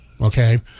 Okay